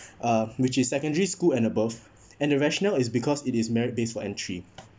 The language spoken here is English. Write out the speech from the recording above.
uh which is secondary school and above and the rational is because it is merit based for entry